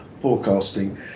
forecasting